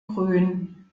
grün